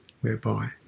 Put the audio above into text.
whereby